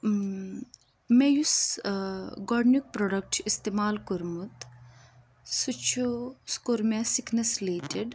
مےٚ یُس گۄڈٕنیُک پرٛوڈَکٹہٕ چھُ اِستعمال کوٚرمُت سُہ چھُ سُہ کوٚر مےٚ سِکنَس رِلیٹِڈ